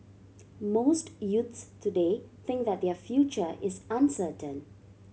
most youths today think that their future is uncertain